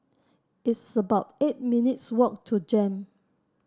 it's about eight minutes' walk to JEM